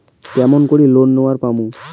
কেমন করি লোন নেওয়ার পামু?